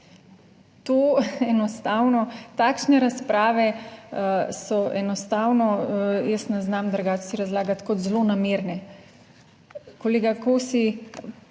takšne razprave so, enostavno jaz ne znam drugače si razlagati kot zlonamerne. Kolega Kosi,